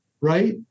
right